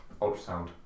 ultrasound